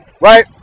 right